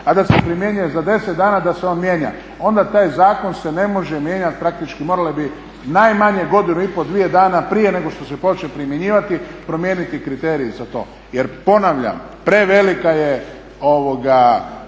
a da se primjenjuje za 10 dana, da se on mijenja. Onda taj zakon se ne može mijenjati praktički moralo bi najmanje godinu i pol, dvije dana prije nego što se počne primjenjivati promijeniti kriteriji za to. Jer ponavljam prevelika je